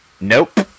Nope